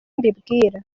mbibwira